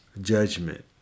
judgment